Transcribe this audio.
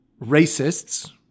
racists